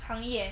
行业